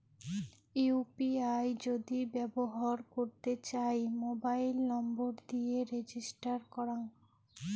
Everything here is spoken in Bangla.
ইউ.পি.আই যদি ব্যবহর করতে চাই, মোবাইল নম্বর দিয়ে রেজিস্টার করাং